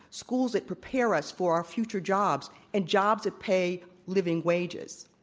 schools that prepare us for our future jobs, and jobs that pay living wages.